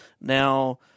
Now